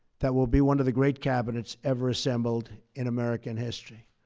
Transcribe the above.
that will be one of the great cabinets ever assembled in american history.